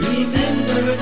Remember